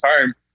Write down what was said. time